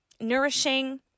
nourishing